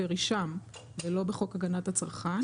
היא חוק פיקוח על הצמח וייצורו ולא בחוק הגנת הצרכן.